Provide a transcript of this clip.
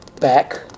back